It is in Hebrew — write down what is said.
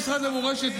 המשרד למורשת, זה הזיה.